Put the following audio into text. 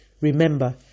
Remember